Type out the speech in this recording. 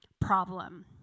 problem